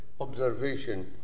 observation